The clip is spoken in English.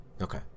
Okay